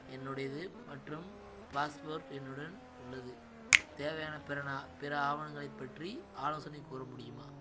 என்னுடையது மற்றும் பாஸ்போர்ட் என்னுடன் உள்ளது தேவையான பிற பிற ஆவணங்களைப் பற்றி ஆலோசனைக் கூற முடியுமா